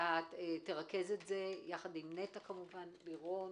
אתה תרכז את זה יחד עם נטע, לירון